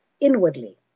inwardly